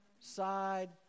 side